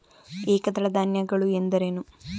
ಏಕದಳ ಧಾನ್ಯಗಳು ಎಂದರೇನು?